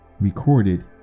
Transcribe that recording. recorded